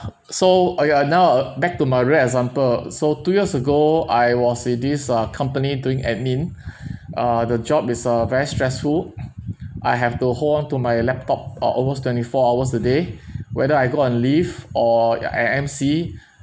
so uh ya now back to my very example so two years ago I was with this uh company doing admin uh the job is uh very stressful I have to hold on to my laptop uh almost twenty four hours a day whether I go on leave or I I M_C